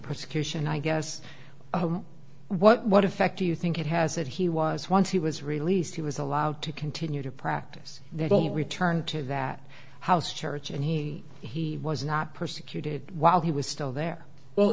prosecution i guess what what effect do you think it has that he was once he was released he was allowed to continue to practice they don't return to that house church and he he was not persecuted while he was still there well